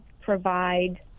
provide